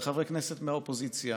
זה חברי כנסת מהאופוזיציה,